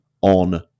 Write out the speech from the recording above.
on